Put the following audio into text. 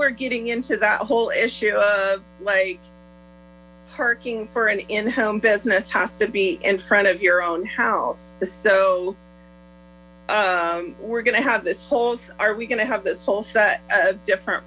we're getting into that whole issue of like parking for an in home business has to be in front of your own house so we're going to have this whole are we going to have this whole set of different